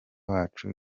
wacu